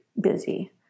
busy